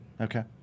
Okay